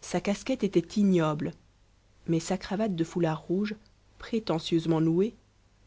sa casquette était ignoble mais sa cravate de foulard rouge prétentieusement nouée